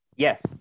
Yes